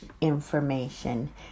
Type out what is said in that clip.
information